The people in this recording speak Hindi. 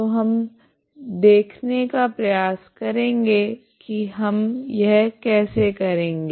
तो हम देखने का प्रयास करेगे की हम यह कैसे करेगे